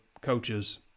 coaches